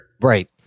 Right